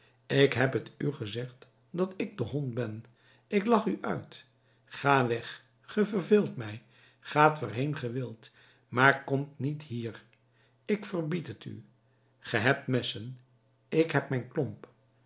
ik heb t u gezegd dat ik de hond ben ik lach u uit gaat weg ge verveelt mij gaat waarheen ge wilt maar komt niet hier ik verbied het u ge hebt messen ik heb mijn klomp